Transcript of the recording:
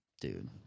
Dude